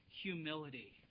humility